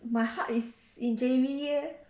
my heart is in J_B